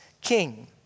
king